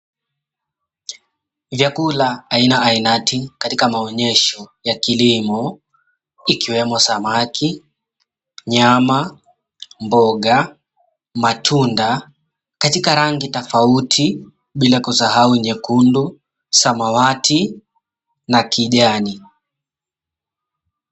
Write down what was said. Chakula aina ainati katika maonyesho ya kilimo ikiwemo samaki, nyama, mboga, matunda katika rangi tofauti bila kusahau nyekundu, samawati na kijani.